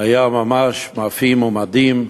היה ממש מפעים ומדהים.